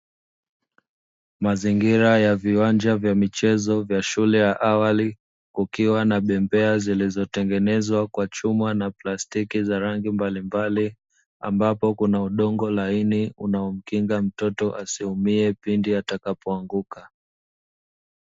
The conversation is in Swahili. Mazingira ya viwanja vya michezo vya shule ya awali kukiwa na bembea zilizotengenezwa kwa chuma na plastiki za rangi mbalimbali, ambapo kuna udongo laini unaomkinga mtoto asiumie pindi atakapo anguka.